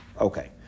Okay